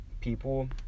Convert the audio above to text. people